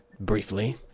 Briefly